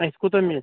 اَسہِ کوتاہ میلہِ